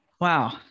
Wow